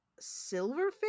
silverfish